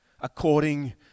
according